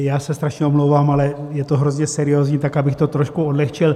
Já se strašně omlouvám, ale je to hrozně seriózní, tak abych to trošku odlehčil.